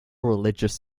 religious